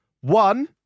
one